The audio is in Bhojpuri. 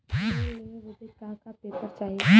लोन लेवे बदे का का पेपर चाही?